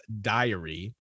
diary